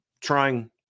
trying